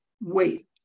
wait